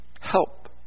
Help